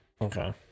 Okay